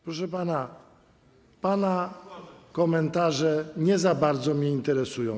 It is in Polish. Proszę pana, pana komentarze nie za bardzo mnie interesują.